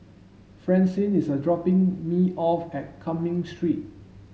francine is dropping me off at Cumming Street